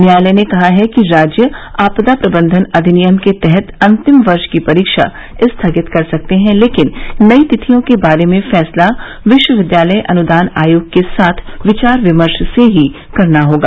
न्यायालय ने कहा है कि राज्य आपदा प्रबंधन अधिनियम के तहत अंतिम वर्ष की परीक्षा स्थगित कर सकते है लेकिन नई तिथियों के बारे में फैसला विश्वविद्यालय अनुदान आयोग के साथ विचार विमर्श से ही करना होगा